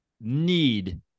need